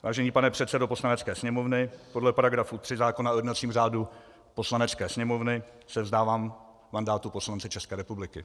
Vážený pane předsedo Poslanecké sněmovny, podle § 3 zákona o jednacím řádu Poslanecké sněmovny se vzdávám mandátu poslance České republiky.